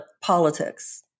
politics